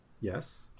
Yes